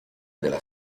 della